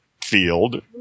field